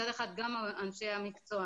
מצד אחד גם אנשי המקצוע,